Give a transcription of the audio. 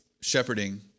shepherding